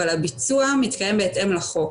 אבל הביצוע מתקיים בהתאם לחוק.